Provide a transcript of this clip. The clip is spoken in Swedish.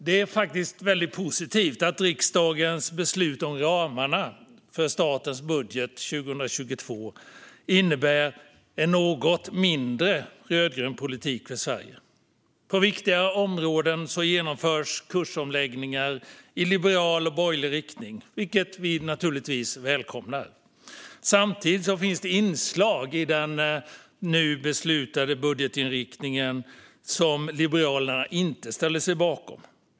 Det är positivt att riksdagens beslut om ramarna för statens budget 2022 innebär en något mindre rödgrön politik för Sverige. På viktiga områden genomförs kursomläggningar i liberal och borgerlig riktning, vilket vi naturligtvis välkomnar. Samtidigt finns det inslag i den nu beslutade budgetinriktningen som Liberalerna inte ställer sig bakom.